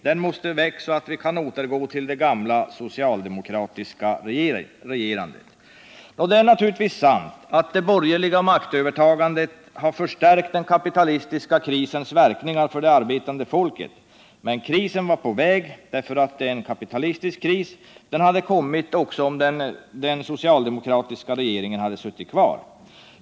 Den måste väck så att vi kan återgå till det gamla socialdemokratiska regerandet. Det är naturligtvis sant att det borgerliga maktövertagandet har förstärkt den kapitalistiska krisens verkningar för det arbetande folket, men krisen var på väg därför att den är en kapitalistisk kris. Den hade kommit också om den socialdemokratiska regeringen hade suttit kvar.